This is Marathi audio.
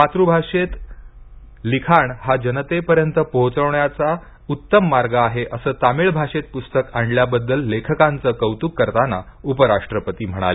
मातृभाषेत लिखाण हा जनतेपर्यंत पोहोचण्याचा उत्तम मार्ग आहे असे तमिळ भाषेत पुस्तक आणल्याबद्दल लेखकांचे कौतुक करताना उपराष्ट्रपती म्हणाले